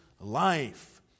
life